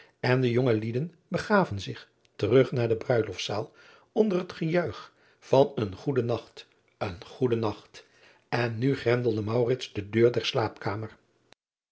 en de jongelieden begaven zich terug naar de ruiloftszaal onder het gejuich van een goeden nacht een goeden nacht en nu grendelde de deur der slaapkamer